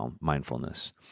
mindfulness